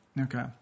Okay